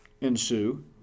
ensue